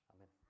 Amen